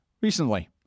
recently